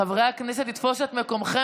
חברי הכנסת, לתפוס את מקומכם.